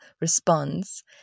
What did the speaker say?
responds